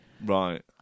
Right